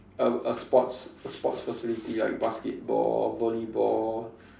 um a sports a sports facility like basketball volleyball